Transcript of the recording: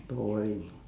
without worrying